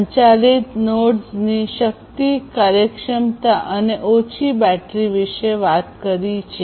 સંચાલિત નોડેસની શક્તિ કાર્યક્ષમતા અને ઓછી બેટરી વિશે વાત કરી રહ્યા છીએ